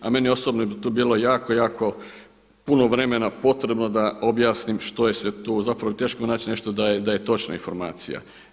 A meni osobno bi to bilo jako, jako puno vremena potrebno da objasnim što je sve tu, zapravo teško je naći nešto da je točna informacija.